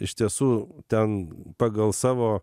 iš tiesų ten pagal savo